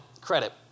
credit